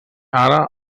ara